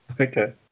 Okay